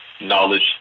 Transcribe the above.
knowledge